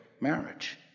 marriage